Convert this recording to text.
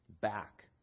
back